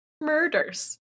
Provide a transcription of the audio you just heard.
murders